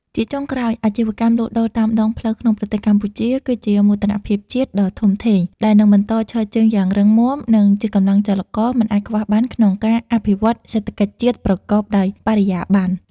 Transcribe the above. ជាចុងក្រោយ អាជីវកម្មលក់ដូរតាមដងផ្លូវក្នុងប្រទេសកម្ពុជាគឺជាមោទនភាពជាតិដ៏ធំធេង ដែលនឹងបន្តឈរជើងយ៉ាងរឹងមាំ និងជាកម្លាំងចលករមិនអាចខ្វះបានក្នុងការអភិវឌ្ឍន៍សេដ្ឋកិច្ចជាតិប្រកបដោយបរិយាបន្ន។